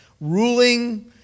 Ruling